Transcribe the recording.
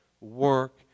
work